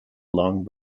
long